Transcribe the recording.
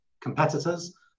competitors